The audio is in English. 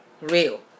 real